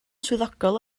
swyddogol